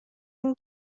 این